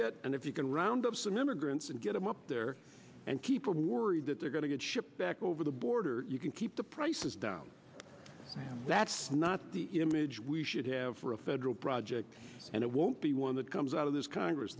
get and if you can round up some immigrants and get them up there and people are worried that they're going to get shipped back over the border you can keep the prices down that's not the image we should have for a federal project and it won't be one that comes out of this congress